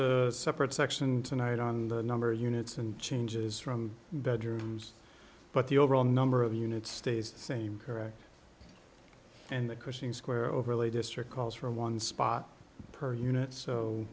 a separate section tonight on the number of units and changes from bedrooms but the overall number of units stays the same correct and the crushing square overlay district calls for one spot per unit so